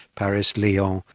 paris-lyon,